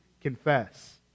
confess